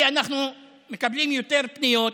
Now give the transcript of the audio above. כי אנחנו מקבלים יותר פניות,